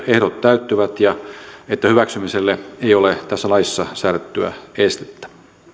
ehdot täyttyvät ja että hyväksymiselle ei ole tässä laissa säädettyä estettä